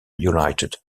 united